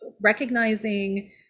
recognizing